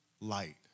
light